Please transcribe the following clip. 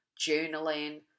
journaling